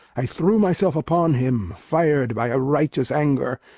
i threw myself upon him, fired by a righteous anger,